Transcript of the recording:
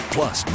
Plus